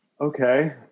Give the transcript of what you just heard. okay